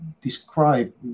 describe